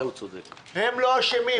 הם לא אשמים,